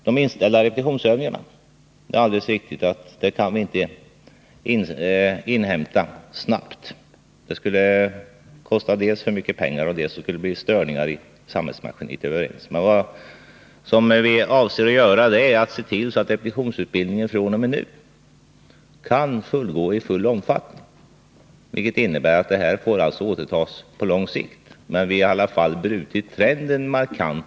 Det är alldeles riktigt att vi inte snabbt kan ta igen de inställda repetitionsövningarna. Dels skulle det kosta för mycket pengar, dels skulle det uppstå störningar i samhällsmaskineriet. Vi avser dock att låta repetitionsövningarna genomföras i full omfattning fr.o.m. nu. Det innebär att de inställda övningarna får tas igen på lång sikt. Trenden har i alla fall brutits markant.